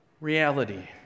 Reality